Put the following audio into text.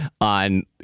on